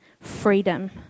freedom